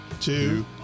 two